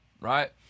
right